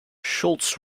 schultz